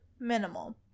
minimal